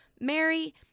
Mary